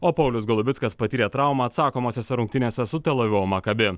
o paulius golubickas patyrė traumą atsakomosiose rungtynėse su tel avivo maccabi